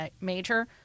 Major